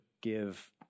give